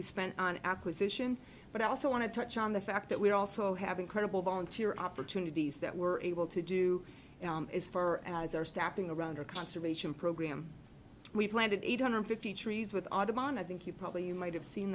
be spent on acquisition but i also want to touch on the fact that we also have incredible volunteer opportunities that we're able to do as far as our staffing around our conservation program we planted eight hundred fifty trees with audubon i think you probably you might have seen